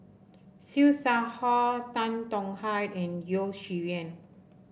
Siew Shaw Her Tan Tong Hye and Yeo Shih Yun